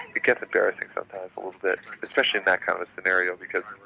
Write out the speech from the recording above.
it gets embarrassing sometimes a little bit, especially in that kind of scenario because